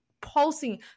pulsing